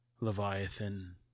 Leviathan